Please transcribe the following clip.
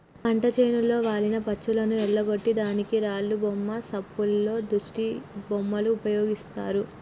పంట చేనులో వాలిన పచ్చులను ఎల్లగొట్టే దానికి రాళ్లు దెబ్బ సప్పుల్లో దిష్టిబొమ్మలు ఉపయోగిస్తారు